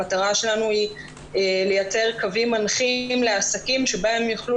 המטרה שלנו היא לייצר קווים מנחים לעסקים שבהם הם יוכלו